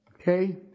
Okay